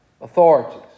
authorities